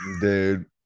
dude